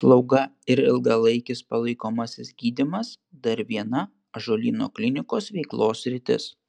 slauga ir ilgalaikis palaikomasis gydymas dar viena ąžuolyno klinikos veiklos sritis